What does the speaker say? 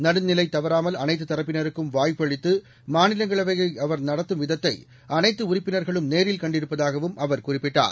நடுநிலை தவறாமல் அனைத்து தரப்பினருக்கும் வாய்ப்பளித்து மாநிலங்களவையை அவர் நடத்தும் விதத்தை அனைத்து உறுப்பினர்களும் நேரில் கண்டிருப்பதாகவும் அவர் குறிப்பிட்டார்